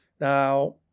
Now